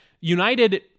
United